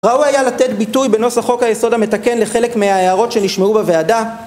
ראוי היה לתת ביטוי בנוסח חוק היסוד המתקן לחלק מההערות שנשמעו בוועדה